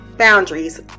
boundaries